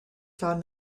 found